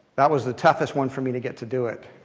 that was the toughest one for me to get to do it.